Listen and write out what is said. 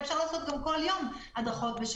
גם כל יום הדרכה.